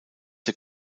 der